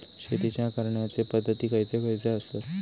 शेतीच्या करण्याचे पध्दती खैचे खैचे आसत?